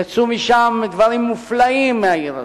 יצאו דברים מופלאים מהעיר הזאת,